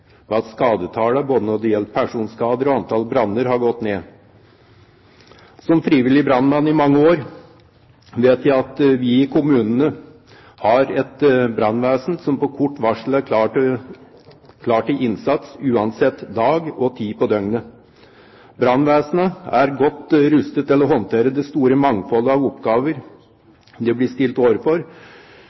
at skadetallene når det gjelder både personskader og antall branner, har gått ned. Som frivillig brannmann i mange år vet jeg at vi i kommunene har et brannvesen som på kort varsel er klar til innsats, uansett dag og tid på døgnet. Brannvesenet er godt rustet til å håndtere det store mangfoldet av oppgaver de blir stilt overfor